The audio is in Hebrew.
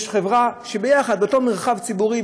יש חברה שבתוך מרחב ציבורי,